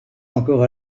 encore